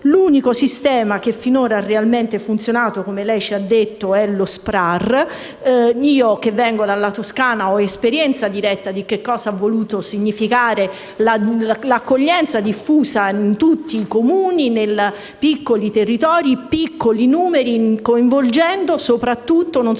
L'unico sistema che ha finora funzionato - come lei ci ha detto - è lo SPRAR. Io che vengo dalla Toscana ho esperienza diretta di cosa ha voluto significare l'accoglienza diffusa in tutti i Comuni, nei piccoli territori, con piccoli numeri, coinvolgendo non soltanto